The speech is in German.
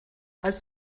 als